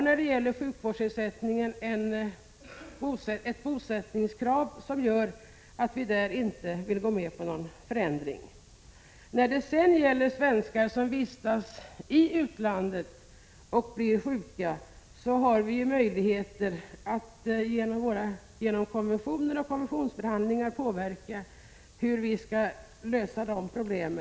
När det gäller denna grupp har man vissa krav på bosättning. Därför vill vi inte gå med på någon förändring. När det sedan gäller svenskar som vistas i utlandet och blir sjuka har vi möjligheter att genom konventioner och konventionsförhandlingar påverka hur vi skall lösa dessa problem.